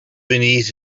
beneath